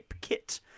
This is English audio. kit